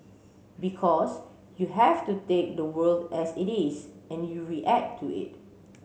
because you have to take the world as it is and you react to it